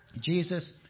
Jesus